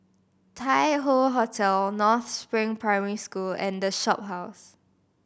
Tai Hoe Hotel North Spring Primary School and The Shophouse